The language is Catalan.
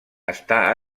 està